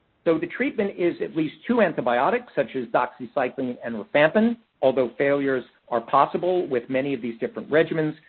so, the treatment is at least two antibiotics, such as doxycycline and rifampin, although failures are possible with many of these different regimens.